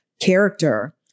character